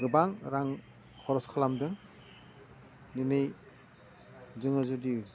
गोबां रां खरस खालामदों दिनै जोङो जुदि